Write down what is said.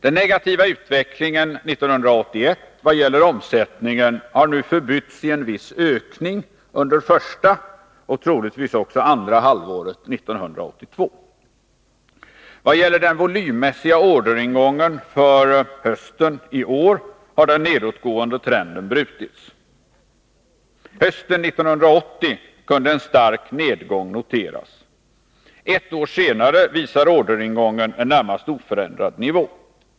Den negativa utvecklingen 1981 beträffande omsättningen har nu förbytts i en viss ökning under första och troligtvis också andra halvåret 1982. I vad gäller den volymmässiga orderingången för hösten i år har den nedåtgående trenden brutits. Hösten 1980 kunde en stark nedgång noteras. Ett år senare visar orderingången en närmast oförändrad nivå.